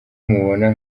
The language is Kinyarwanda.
mubona